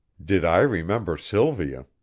did i remember sylvia?